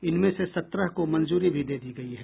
इनमें से सत्रह को मंजूरी भी दे दी गई है